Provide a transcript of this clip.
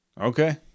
Okay